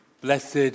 Blessed